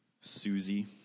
Susie